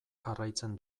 jarraitzen